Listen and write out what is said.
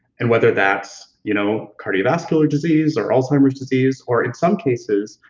and whether that's you know cardiovascular disease or alzheimer's disease or, in some cases,